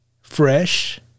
Fresh